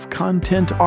content